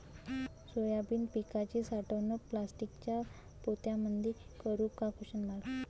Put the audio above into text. Soybean पिकाची साठवणूक प्लास्टिकच्या पोत्यामंदी करू का?